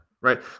right